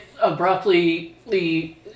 abruptly